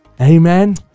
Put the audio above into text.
Amen